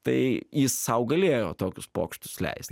tai jis sau galėjo tokius pokštus leist